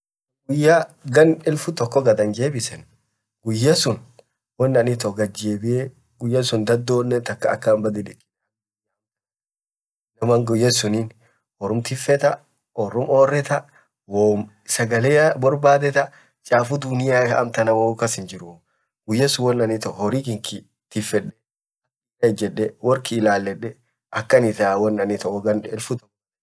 guyaa gan elfuu tokoo gaad anjebiseen, guyya suun gadjebiie guyya suun dadonen takaa akaan hinbadilikiinee inamaan guyya suuni loan tifetaa orrum oretaa, sagalee borbadetaa chafuu dunia taa amtanaa kass hinjiruu, guyya suun woanan itoo horrii kiiy tifedee woarkiyy ilaledee akaan ittaa hoo gaan kiyy elfuu tookit gaad anjebiseen.